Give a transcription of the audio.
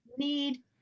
need